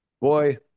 Boy